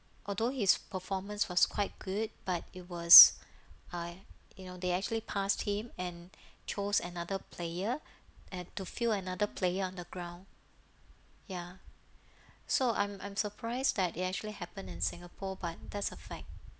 although his performance was quite good but it was I you know they actually passed him and chose another player and to fill another player on the ground ya so I'm I'm surprised that it actually happen in singapore but that's a fact